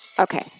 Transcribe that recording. Okay